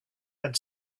had